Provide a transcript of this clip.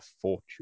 fortune